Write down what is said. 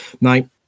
now